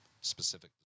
specific